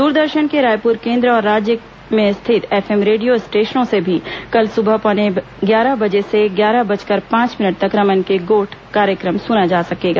दूरदर्शन के रायपुर केन्द्र और राज्य में स्थित एफ एम रेडियो स्टेशनों से भी कल सुबह पौने ग्यारह बजे से ग्यारह बजकर पांच मिनट तक रमन के गोठ कार्यक्रम सुना जा सकेगा